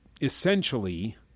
essentially